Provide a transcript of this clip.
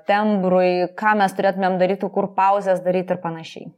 tembrui ką mes turėtumėm daryti kur pauzes daryt ir panašiai